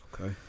Okay